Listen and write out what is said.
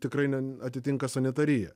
tikrai ne atitinka sanitariją